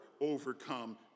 overcome